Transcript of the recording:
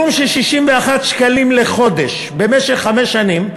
תשלום של 61 ש"ח לחודש במשך חמש שנים,